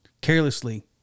carelessly